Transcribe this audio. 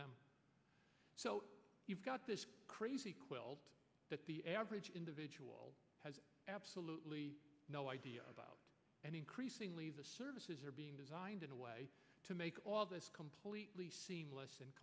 them so you've got this crazy quilt that the average individual has absolutely no idea about and increasingly the services are being designed in a way to make all this completely seamless and